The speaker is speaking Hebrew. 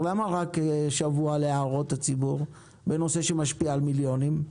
למה רק שבוע להערות הציבור בנושא שמשפיע על מיליונים?